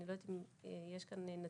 אני לא יודעת אם יש כאן נציג,